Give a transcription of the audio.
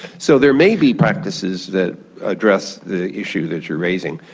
so there may be practices that address the issue that you are raising.